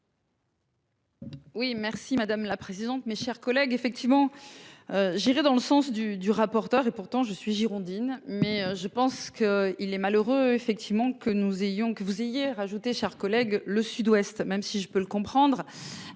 Oui merci madame la présidente, mes chers collègues, effectivement. Je dirais, dans le sens du du rapporteur, et pourtant je suis girondine. Mais je pense qu'il est malheureux effectivement que nous ayons que vous ayez rajouter chers collègues le Sud-Ouest même si je peux le comprendre.